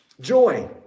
Joy